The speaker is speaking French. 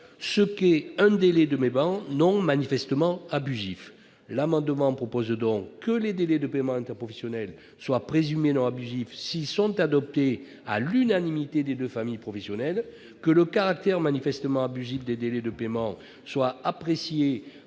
ce qu'est un délai de paiement non manifestement abusif. L'amendement tend donc à prévoir que les délais de paiement interprofessionnels soient présumés non abusifs s'ils sont adoptés à l'unanimité des deux familles professionnelles, et que le caractère manifestement abusif des délais de paiement soit apprécié